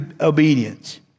obedience